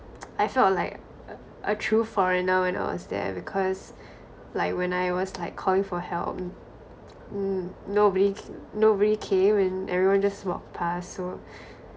I felt like a true foreigner when I was there because like when I was like calling for help mm nobody c~ nobody came and everyone just walked past so